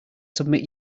submit